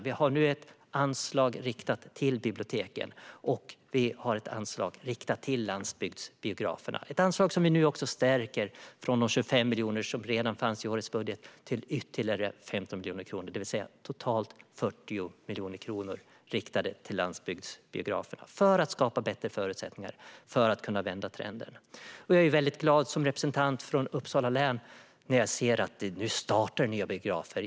Vi har nu ett anslag riktat till biblioteken. Och vi har ett anslag riktat till landsbygdsbiograferna, ett anslag som vi nu stärker från de 25 miljoner som redan fanns i årets budget till ytterligare 15 miljoner kronor, det vill säga totalt 40 miljoner kronor riktade till landsbygdsbiograferna för att skapa bättre förutsättningar att vända trenden. Som representant för Uppsala län är jag glad när jag ser att det nu startar nya biografer.